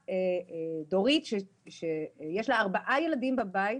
לדורית יש ארבעה ילדים בבית,